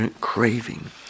craving